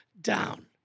down